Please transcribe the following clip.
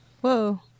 Whoa